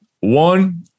One